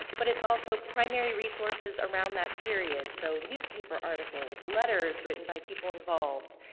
but, it's also primary resources around that period. so, newspaper articles, letters written by people involved,